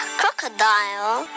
crocodile